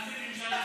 גם בממשלה חליפית?